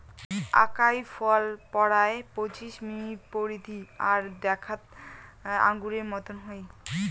আকাই ফল পরায় পঁচিশ মিমি পরিধি আর দ্যাখ্যাত আঙুরের মতন হই